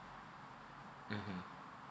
mmhmm